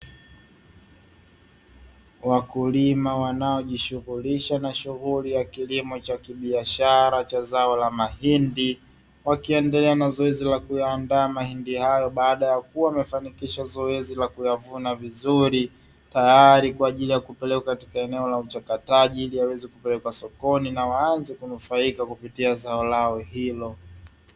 Wakulima wanaojishughulisha na shughuli ya kilimo cha kibiashara cha zao la mahindi wakiendelea na zoezi la kuyandaa mahindi hayo baada ya kuwa wamefanikisha zoezi la kuyavuna vizuri tayari kwa ajili ya kupeleka katika eneo la uchakataji ili yaweze kupelekwa sokoni na waanze kunufaika kupitia zao lao hilo.